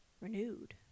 renewed